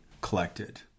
collected